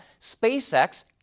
SpaceX